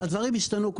הדברים השתנו.